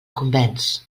convenç